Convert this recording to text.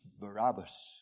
Barabbas